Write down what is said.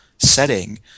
setting